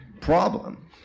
problem